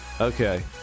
okay